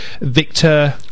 Victor